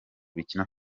burkina